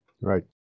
Right